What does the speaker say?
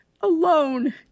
alone